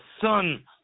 Son